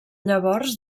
llavors